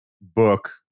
book